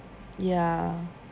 ya